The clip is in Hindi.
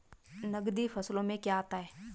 नकदी फसलों में क्या आता है?